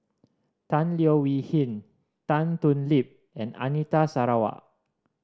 Tan Leo Wee Hin Tan Thoon Lip and Anita Sarawak